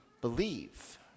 believe